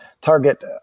target